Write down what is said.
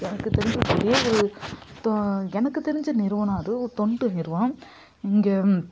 எனக்கு தெரிந்த ஒரே ஒரு தொ எனக்கு தெரிந்த நிறுவனம் அது ஒரு தொண்டு நிறுவனம் இங்கே